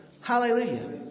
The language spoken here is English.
Hallelujah